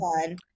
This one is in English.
fun